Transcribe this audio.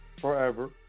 Forever